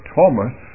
Thomas